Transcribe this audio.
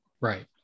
right